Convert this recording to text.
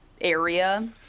area